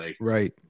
Right